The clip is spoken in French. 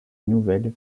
nouvelles